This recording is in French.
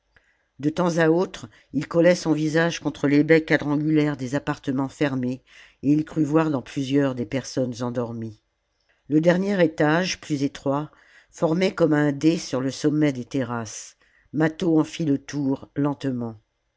de temps à autre il collait son visage contre les baies quadrangulaires des appartements fermés et il crut voir dans plusieurs des personnes endormies le dernier étage plus étroit formait comme un dé sur le sommet des terrasses mâtho en fit le tour lentement